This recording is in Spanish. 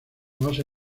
base